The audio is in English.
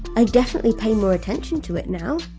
i definitely pay more attention to it now.